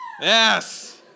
Yes